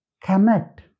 connect